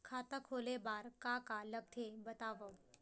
खाता खोले बार का का लगथे बतावव?